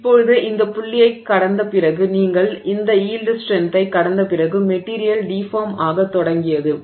இப்போது இந்த புள்ளியைக் கடந்த பிறகு நீங்கள் இந்த யீல்டு ஸ்ட்ரென்த்தைக் கடந்த பிறகு மெட்டிரியல் டிஃபார்ம் ஆகத் தொடங்கியது